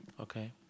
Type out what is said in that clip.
Okay